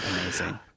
Amazing